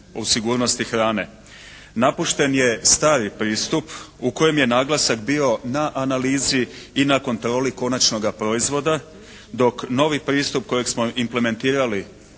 o sigurnosti hrane. Napušten je stari pristup u kojem je naglasak bio na analizi i na kontroli konačnoga proizvoda dok novi pristup kojeg smo implemenitrali